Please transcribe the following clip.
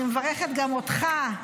אני מברכת גם אותך,